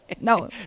No